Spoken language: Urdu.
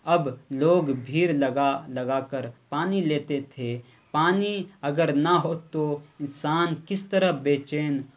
اب لوگ بھیڑ لگا لگا کر پانی لیتے تھے پانی اگر نہ ہو تو انسان کس طرح بے چین